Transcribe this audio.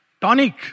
tonic